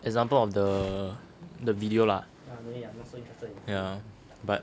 example of the the video lah yeah but